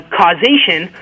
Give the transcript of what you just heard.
causation